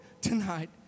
tonight